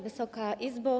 Wysoka Izbo!